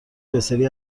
بسیاری